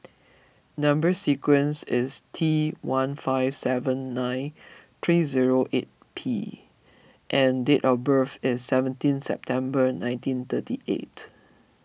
Number Sequence is T one five seven nine three zero eight P and date of birth is seventeen September nineteen thirty eight